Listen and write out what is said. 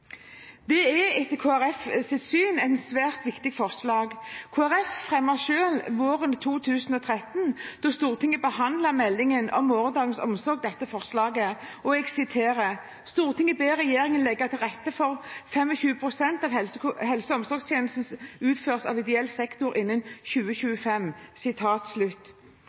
er etter Kristelig Folkepartis syn et svært viktig forslag. Kristelig Folkeparti fremmet selv dette forslaget våren 2013, da Stortinget behandlet meldingen om morgendagens omsorg, og jeg siterer: «Stortinget ber regjeringen legge til rette for at 25 pst. av helse- og omsorgstjenestene utføres av ideell sektor innen 2025.»